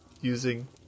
using